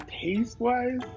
taste-wise